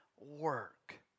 work